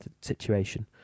situation